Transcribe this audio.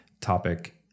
topic